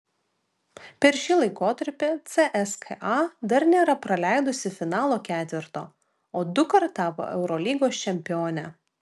per šį laikotarpį cska dar nėra praleidusi finalo ketverto o dukart tapo eurolygos čempione